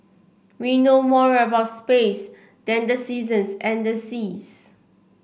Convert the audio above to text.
we know more about space than the seasons and the seas